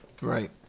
Right